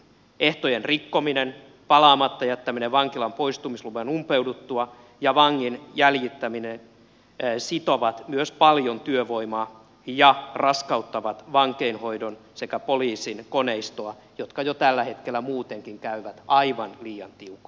ehtojen rikkominen palaamatta jättäminen vankilaan poistumisluvan umpeuduttua ja vangin jäljittäminen sitovat myös paljon työvoimaa ja raskauttavat vankeinhoidon sekä poliisin koneistoa jotka jo tällä hetkellä muutenkin käyvät aivan liian tiukoilla